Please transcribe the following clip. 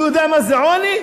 הוא יודע מה זה עוני?